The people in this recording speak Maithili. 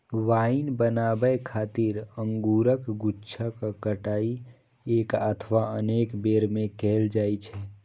वाइन बनाबै खातिर अंगूरक गुच्छाक कटाइ एक अथवा अनेक बेर मे कैल जाइ छै